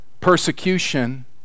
persecution